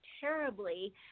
terribly